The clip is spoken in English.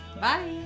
bye